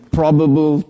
probable